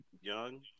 Young